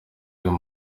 cyane